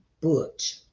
Butch